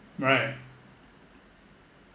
right